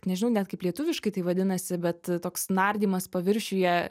nežinau net kaip lietuviškai tai vadinasi bet koks nardymas paviršiuje